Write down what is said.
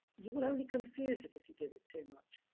you will only confuse it if you give it too much.